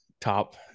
top